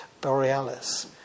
borealis